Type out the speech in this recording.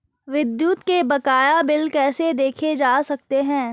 विद्युत के बकाया बिल कैसे देखे जा सकते हैं?